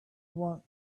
want